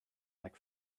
like